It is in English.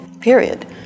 Period